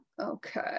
Okay